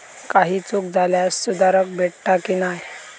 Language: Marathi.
काही चूक झाल्यास सुधारक भेटता की नाय?